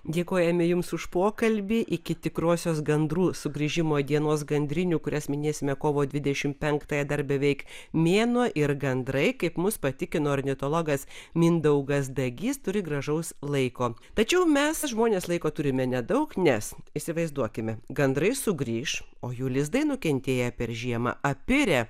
dėkojame jums už pokalbį iki tikrosios gandrų sugrįžimo dienos gandrinių kurias minėsime kovo dvidešimt penktąją dar beveik mėnuo ir gandrai kaip mus patikino ornitologas mindaugas dagys turi gražaus laiko tačiau mes žmonės laiko turime nedaug nes įsivaizduokime gandrai sugrįš o jų lizdai nukentėję per žiemą apirę